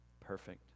perfect